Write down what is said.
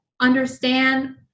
understand